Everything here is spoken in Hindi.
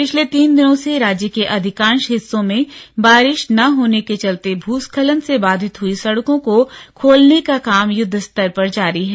पिछले तीन दिनों से राज्य के अधिकांा हिस्सों में बारिा न होने के चलते भूस्खलन से बाधित हुई सड़कों को खोलने का काम युद्धस्तर पर जारी है